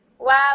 wow